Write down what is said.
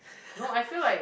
no I feel like